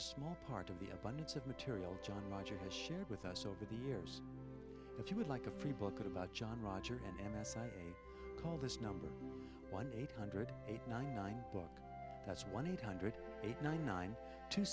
a small part of the abundance of material john roger has shared with us over the years if you would like a free book about john roger and m s i call this number one eight hundred eight nine nine book that's one eight hundred ninety nine two